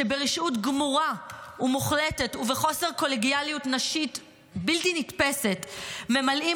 שברשעות גמורה ומוחלטת ובחוסר קולגיאליות נשית בלתי נתפסת ממלאים